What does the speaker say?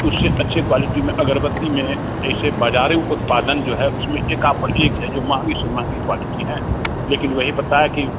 उससे अच्छी क्वालिटी में अगरबत्ती में ऐसे बाज़ारी उत्पादन जो है उसमें एक आप एक है जो महंगी से महंगी क्वालिटी है लेकिन वही बताए कि